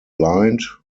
lined